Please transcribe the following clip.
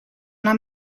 una